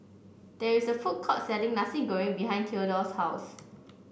there is a food court selling Nasi Goreng behind Theodore's house